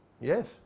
yes